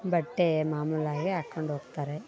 ಬಟ್ಟೆ ಮಾಮೂಲಾಗೆ ಹಾಕ್ಕೊಂಡು ಹೋಗ್ತಾರೆ